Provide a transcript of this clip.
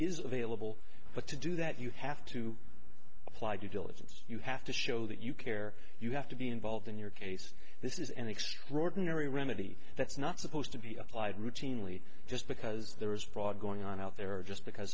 is available but to do that you have to apply due diligence you have to show that you care you have to be involved in your case this is an extraordinary remedy that's not supposed to be applied routinely just because there is fraud going on out there or just because